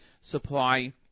supply